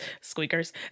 squeakers